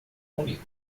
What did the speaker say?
comigo